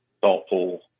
thoughtful